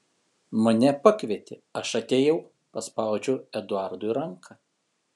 mane pakvietė aš atėjau paspaudžiau eduardui ranką